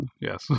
Yes